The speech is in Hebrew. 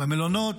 עדיין במלונות,